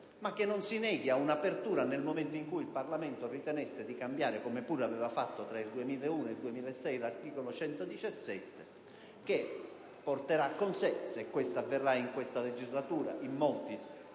ma che non si neghi a un'apertura nel momento in cui il Parlamento ritenesse di cambiare - come pure aveva fatto tra il 2001 e il 2006 - l'articolo 117 della Costituzione, se ciò avverrà in questa legislatura. In molti